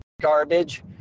garbage